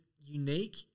unique